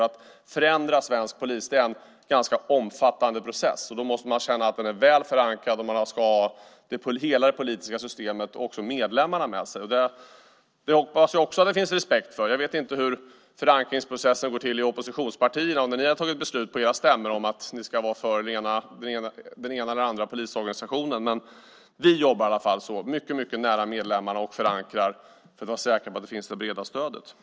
Att förändra svensk polis är nämligen en ganska omfattande process. Då måste man känna att den är väl förankrad. Man ska ha hela det politiska systemet och också medlemmarna med sig. Det hoppas jag att det finns respekt för. Jag vet inte hur förankringsprocessen går till i oppositionspartierna, om ni har tagit beslut på era stämmor om ni ska vara för den ena eller den andra polisorganisationen, men vi jobbar i alla fall så - mycket nära medlemmarna och med förankring för att vara säkra på att det breda stödet finns.